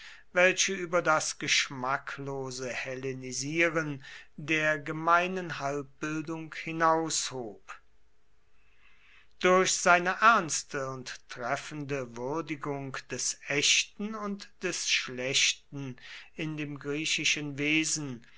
welche über das geschmacklose hellenisieren der gemeinen halbbildung hinaushob durch seine ernste und treffende würdigung des echten und des schlechten in dem griechischen wesen